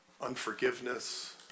unforgiveness